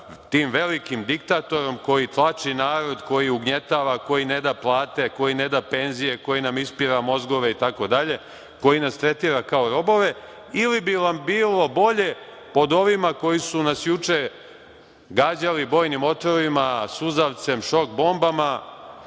tim velikim diktatorom koji tlači narod, koji ugnjetava, koji ne da plate, koji ne da penzije, ispira mozgove itd. koji nas tretira kao robobe ili bi vam bilo bolje pod ovima koji su nas juče gađali bojnim otrovima, suzavcem, šok bombama